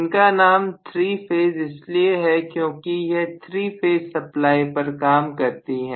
इसका नाम 3 फेज़ इसलिए है क्योंकि यह 3 फेज़ सप्लाई पर काम करती है